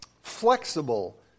flexible